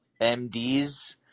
MDs